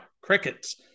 crickets